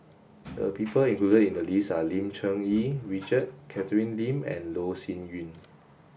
the people included in the list are Lim Cherng Yih Richard Catherine Lim and Loh Sin Yun